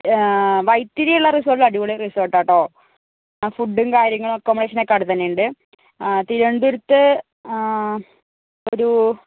വൈത്തിരിയുള്ള resort അടിപൊളി റിസോർട്ടാട്ടോ ഫുഡും കാര്യങ്ങളും ആക്കോമഡേഷനൊക്കെ അവിടെത്തന്നെയുണ്ട് തിരുവനന്തപുരത്ത് ഒരു